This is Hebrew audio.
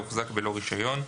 הוחזק בלא רישיון,